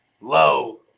low